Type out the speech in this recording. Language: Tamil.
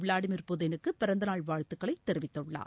விளாடிமிர் புதினுக்குப் பிறந்த நாள் வாழ்த்துக்களை தெரிவித்துள்ளார்